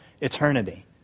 eternity